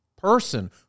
person